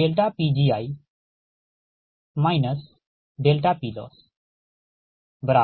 PLossPL ठीक